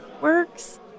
works